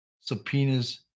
subpoenas